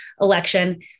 election